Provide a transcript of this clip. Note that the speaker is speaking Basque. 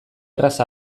erraz